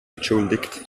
entschuldigt